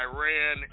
Iran